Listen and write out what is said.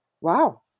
wow